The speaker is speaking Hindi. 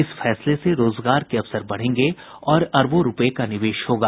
इस फैसले से रोजगार के अवसर बढ़ेंगे और अरबों रुपये का निवेश होगा